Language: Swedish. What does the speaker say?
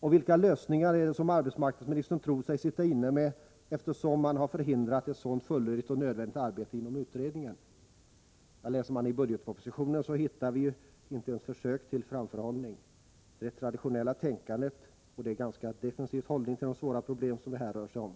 Vilka lösningar är det som arbetsmarknadsministern tror sig sitta inne med, eftersom man har förhindrat ett sådant fullödigt och nödvändigt arbete inom utredningen? Ja, läser vi i budgetpropositionen, hittar vi inte ens försök till framförhållning. Det är ett traditionellt tänkande och en ganska defensiv hållning till de svåra problem som det här rör sig om.